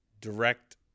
direct